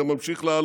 זה ממשיך לעלות